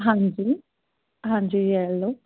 ਹਾਂਜੀ ਹਾਂਜੀ ਯੈਲੋ